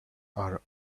are